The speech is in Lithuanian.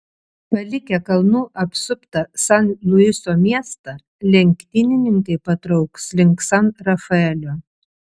palikę kalnų apsuptą san luiso miestą lenktynininkai patrauks link san rafaelio